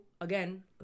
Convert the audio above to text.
again